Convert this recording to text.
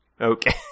okay